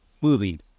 movie